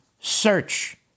search